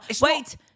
wait